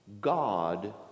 God